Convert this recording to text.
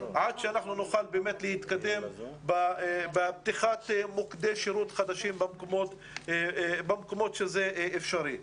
עד שנוכל להתקדם בפתיחת מוקדי שירות חדשים במקומות שם זה אפשרי.